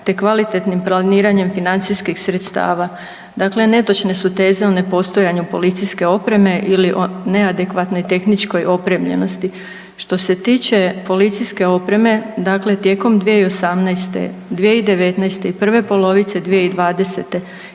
te kvalitetnim planiranjem financijskih sredstava. Dakle, netočne su teze o nepostojanju policijske opreme ili o neadekvatnoj tehničkoj opremljenosti. Što se tiče policijske opreme, dakle tijekom 2018., 2019. i prve polovice 2020.